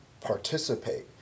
participate